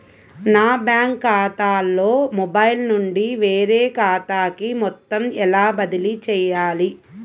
నా బ్యాంక్ ఖాతాలో మొబైల్ నుండి వేరే ఖాతాకి మొత్తం ఎలా బదిలీ చేయాలి?